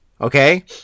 Okay